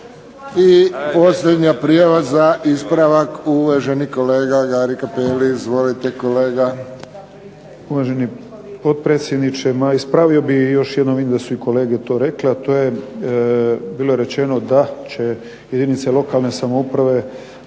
I posljednja prijava za ispravak. Uvaženi kolega Gari Cappelli. Izvolite, kolega. **Cappelli, Gari (HDZ)** Uvaženi potpredsjedniče. Ispravio bih još jednom, vidim da su i kolege to rekle, a to je bilo je rečeno da će jedinice lokalne samouprave